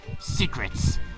secrets